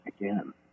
again